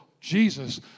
Jesus